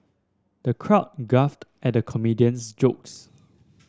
the crowd guffawed at the comedian's jokes